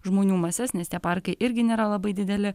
žmonių mases nes tie parkai irgi nėra labai dideli